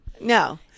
no